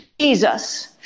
Jesus